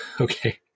Okay